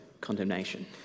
condemnation